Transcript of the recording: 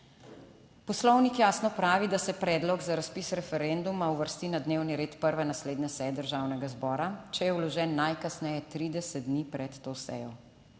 Poslovnik jasno pravi, da se predlog za razpis referenduma uvrsti na dnevni red prve naslednje seje državnega zbora, če je vložen najkasneje 30 dni pred to sejo.